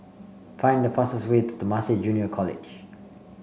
find the fastest way to Temasek Junior College